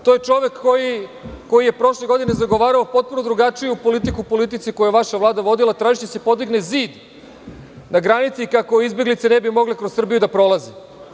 To je čovek koji je prošle godine zagovarao potpuno drugačiju politiku, politici koju je vaša Vlada vodila, tražeći da se podigne zid na granici kako izbeglice kroz Srbiju ne bi mogle da prolaze.